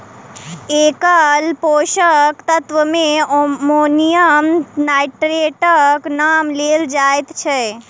एकल पोषक तत्व मे अमोनियम नाइट्रेटक नाम लेल जाइत छै